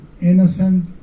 innocent